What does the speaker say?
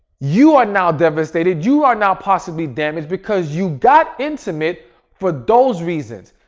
you are now devastated. you are now possibly damaged because you got intimate for those reasons.